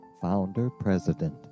founder-president